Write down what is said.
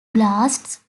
blasts